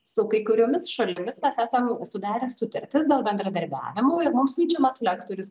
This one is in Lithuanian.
su kai kuriomis šalimis mes esam sudarę sutartis dėl bendradarbiavimo ir mums siunčiamas lektorius